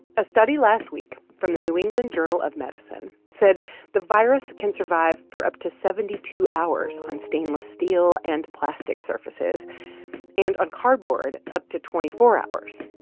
a study last week from the new england journal of medicine said the virus can survive for up to seventy two hours on stainless steel and plastic surfaces and on cardboard, up to twenty four hours.